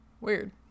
Weird